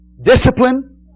discipline